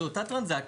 זו אותה טרנסקציה,